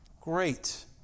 Great